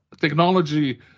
technology